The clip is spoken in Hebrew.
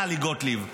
טלי גוטליב,